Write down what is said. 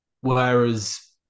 Whereas